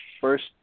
first